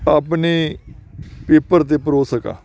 ਆਪਣੇ ਪੇਪਰ 'ਤੇ ਪਰੋ ਸਕਾਂ